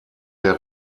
der